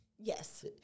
Yes